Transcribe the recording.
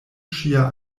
ŝia